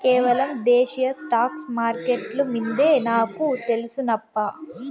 కేవలం దేశీయ స్టాక్స్ మార్కెట్లు మిందే నాకు తెల్సు నప్పా